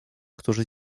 którzy